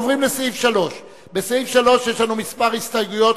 אנחנו עוברים לסעיף 3. בסעיף 3 יש לנו מספר הסתייגויות.